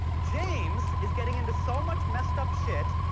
james is getting into so much messed up shit,